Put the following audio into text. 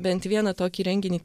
bent vieną tokį renginį